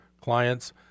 clients